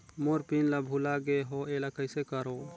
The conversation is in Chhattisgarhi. मोर पिन ला भुला गे हो एला कइसे करो?